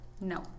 No